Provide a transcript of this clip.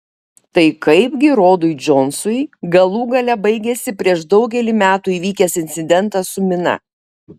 tai kaipgi rodui džonsui galų gale baigėsi prieš daugelį metų įvykęs incidentas su mina